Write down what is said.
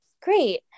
Great